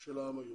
של העם היהודי.